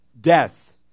Death